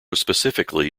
specifically